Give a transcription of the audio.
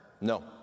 No